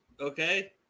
okay